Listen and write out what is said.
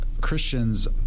Christians